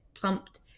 plumped